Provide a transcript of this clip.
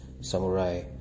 Samurai